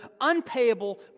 unpayable